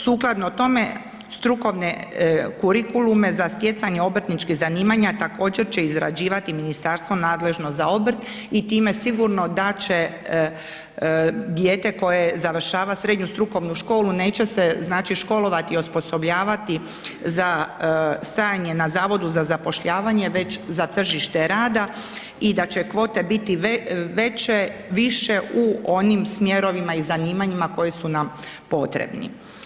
Sukladno tome, strukovne kurikulume za stjecanje obrtničkih zanimanja također će izrađivati ministarstva nadležno za obrt i time sigurno da će dijete koje završava srednju strukovnu školu, neće se školovati i osposobljavati za stajanje za Zavodu za zapošljavanje već za tržište rada i da će kvote biti veće, više u onim smjerovima i zanimanjima koje su nam potrebni.